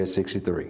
63